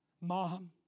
mom